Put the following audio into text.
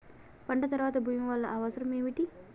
పంట తర్వాత భూమి వల్ల అవసరం ఏమిటి?